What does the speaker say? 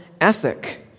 ethic